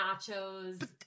nachos